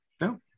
no